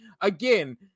again